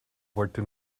wollte